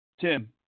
Tim